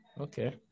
Okay